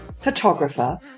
photographer